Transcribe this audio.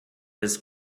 his